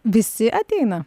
visi ateina